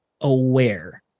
aware